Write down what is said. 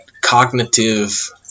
cognitive